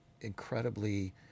incredibly